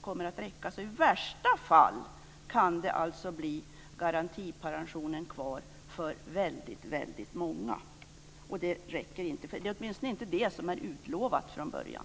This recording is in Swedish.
kommer att räcka. I värsta fall kan det bli garantipensionen kvar för många. Det räcker inte. Det är inte det som är utlovat från början.